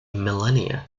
millenia